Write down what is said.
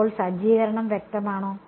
അപ്പോൾ സജ്ജീകരണം വ്യക്തമാണോ